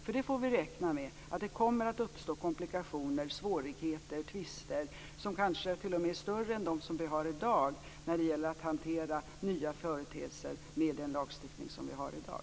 Vi får nämligen räkna med att det kommer att uppstå komplikationer, svårigheter och tvister som kanske t.o.m. är större än dem som vi har i dag när det gäller att hantera nya företeelser med den lagstiftning som vi har i dag.